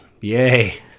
Yay